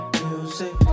music